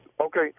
Okay